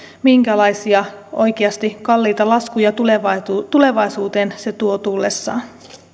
minkälaisia oikeasti kalliita laskuja tulevaisuuteen tulevaisuuteen se tuo tullessaan